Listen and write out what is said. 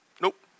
Nope